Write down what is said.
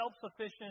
self-sufficient